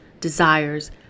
desires